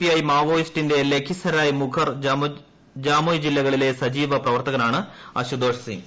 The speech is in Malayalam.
ഐ മാവോയിസ്റ്റിന്റെ ലാഖിസരായ് മുംഗർ ജാമുയ് ജില്ലകളിലെ സജീവ പ്രവർത്തകനാണ് അശുതോഷ് സിംഗ്